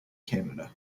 canada